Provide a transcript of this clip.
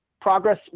Progress